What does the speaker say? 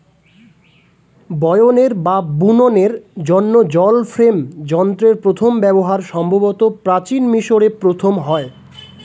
বয়নের বা বুননের জন্য জল ফ্রেম যন্ত্রের প্রথম ব্যবহার সম্ভবত প্রাচীন মিশরে প্রথম হয়